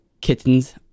kittens